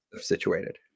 situated